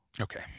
Okay